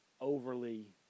overly